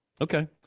Okay